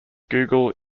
google